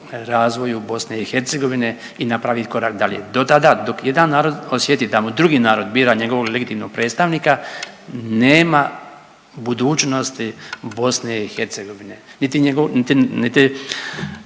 razvoju BiH i napravit korak dalje, dotada dok jedan narod osjeti da mu drugi narod bira njegovog legitimnog predstavnika nema budućnosti BiH, niti, niti, niti